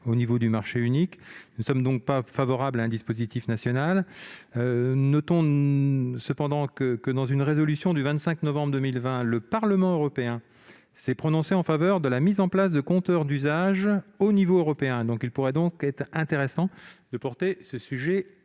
au niveau du marché unique. Nous ne sommes donc pas favorables à un dispositif national. Notons, cependant, que dans une résolution du 25 novembre 2020 le Parlement européen s'est prononcé en faveur de la mise en place de compteurs d'usage à l'échelle européenne. Il serait donc intéressant de porter ce sujet à ce